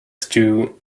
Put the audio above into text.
stew